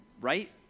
right